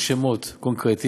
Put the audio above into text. עם שמות קונקרטיים,